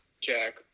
Jack